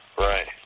Right